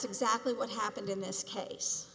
exactly what happened in this case